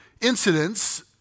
incidents